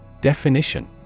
Definition